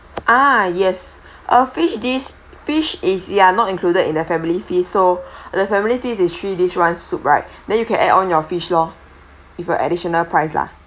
ah yes ah fish dish fish is ya not included in their family feast so the family feast is three dish one soup right then you can add on one fish lor if you additional price lah